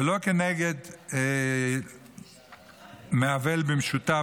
ולא כנגד "מעוול במשותף",